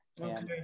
Okay